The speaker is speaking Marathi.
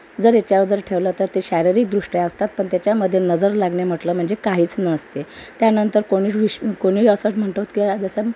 जर याच्यावर जर ठेवलं तर ते शारीरिकदृष्ट्या असतात पण त्यच्यामध्ये नजर लागणे म्हटलं म्हणजे काहीच नसते त्यानंतर कोणीच विश् कोणी असं म्हणतो की जसं